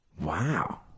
Wow